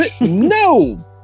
no